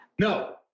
No